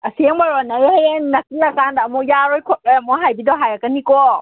ꯑꯁꯦꯡꯕꯔꯣ ꯅꯪ ꯍꯌꯦꯡ ꯅꯛꯁꯜꯂꯛꯑꯀꯥꯟꯗ ꯑꯃꯨꯛ ꯌꯥꯔꯣꯏ ꯈꯣꯠꯂꯣꯏ ꯑꯃꯨꯛ ꯍꯥꯏꯕꯤꯗꯣ ꯍꯥꯏꯔꯛꯀꯅꯤꯀꯣ